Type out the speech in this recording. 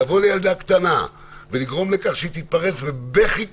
לבוא לילדה קטנה ולגרום לכך שהיא תתפרץ בבכי כזה,